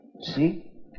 See